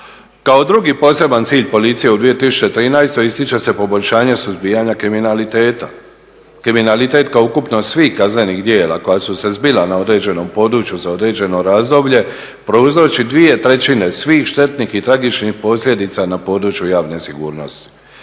Kao drugi poseban cilj policije u 2013. ističe se poboljšanje suzbijanja kriminaliteta. Kriminalitet kao ukupnost svih kaznenih djela koja su se zbila na određenom području za određeno razdoblje prouzroči dvije trećine svih štetnih i tragičnih posljedica na području javne sigurnosti.